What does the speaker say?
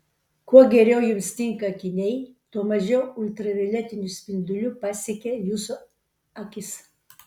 kuo geriau jums tinka akiniai tuo mažiau ultravioletinių spindulių pasiekia jūsų akis